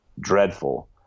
dreadful